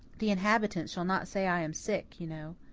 the inhabitant shall not say i am sick you know.